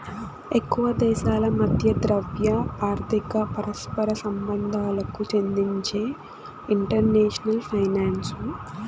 ఎక్కువ దేశాల మధ్య ద్రవ్య, ఆర్థిక పరస్పర సంబంధాలకు చెందిందే ఇంటర్నేషనల్ ఫైనాన్సు